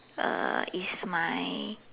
uh is my